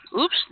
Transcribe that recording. Oops